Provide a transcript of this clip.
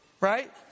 Right